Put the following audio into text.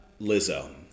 Lizzo